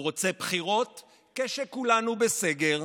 הוא רוצה בחירות כשכולנו בסגר,